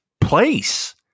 place